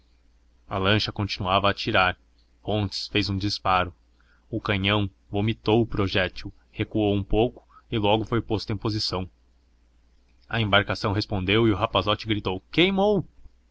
a lancha continuava a atirar fontes fez um disparo o canhão vomitou o projétil recuou um pouco e logo foi posto em posição a embarcação respondeu e o rapazote gritou queimou